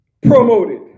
promoted